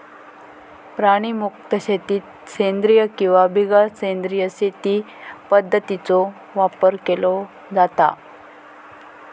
प्राणीमुक्त शेतीत सेंद्रिय किंवा बिगर सेंद्रिय शेती पध्दतींचो वापर केलो जाता